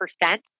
percent